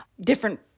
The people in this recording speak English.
different